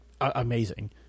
amazing